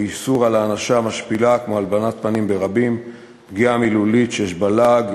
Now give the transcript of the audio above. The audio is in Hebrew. ואיסור הענשה משפילה כמו הלבנת פנים ברבים ופגיעה מילולית שיש בה לעג,